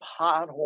pothole